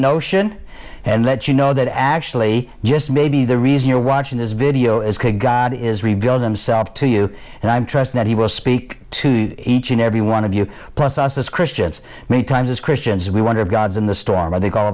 notion and let you know that actually just maybe the reason you're watching this video is could god is revealed himself to you and i trust that he will speak to each and every one of you plus us as christians many times as christians we wonder if god's in the storm i think all